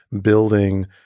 building